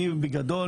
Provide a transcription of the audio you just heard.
בגדול,